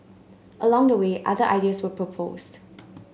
along the way other ideas were proposed